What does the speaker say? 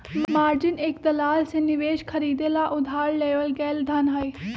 margin एक दलाल से निवेश खरीदे ला उधार लेवल गैल धन हई